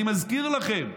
אני מזכיר לכם,